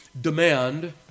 demand